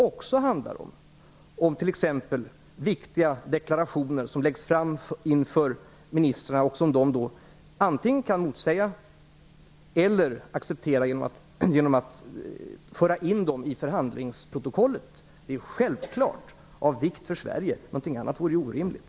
Det handlar också om viktiga deklarationer som läggs fram inför ministrarna och som dessa kan antingen motsäga eller acceptera genom att föra in dem i förhandlingsprotokollet. Detta är självfallet av vikt för Sverige. Någonting annat vore orimligt.